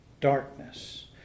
darkness